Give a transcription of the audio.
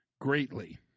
greatly